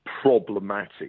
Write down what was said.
problematic